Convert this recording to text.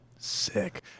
Sick